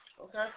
Okay